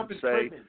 say